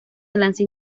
enlace